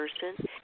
person